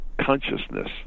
consciousness